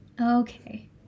Okay